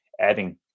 adding